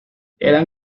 eran